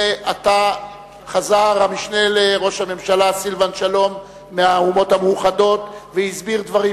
זה עתה חזר המשנה לראש הממשלה סילבן שלום מהאומות המאוחדות והסביר דברים